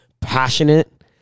passionate